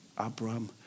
Abraham